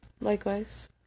Likewise